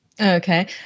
Okay